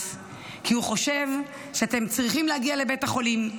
כי הוא חושב שאתם צריכים להגיע לבית החולים,